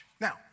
Now